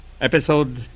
episode